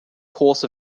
course